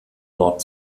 nord